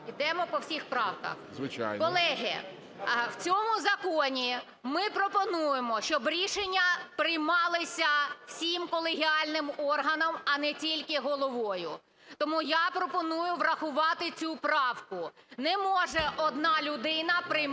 Звичайно. ГРИБ В.О. Колеги, в цьому законі ми пропонуємо, щоб рішення приймалися всім колегіальним органом, а не тільки головою. Тому я пропоную врахувати цю правку. Не може одна людина приймати